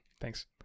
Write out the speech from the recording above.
thanks